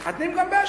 מתחתנים גם באשקלון,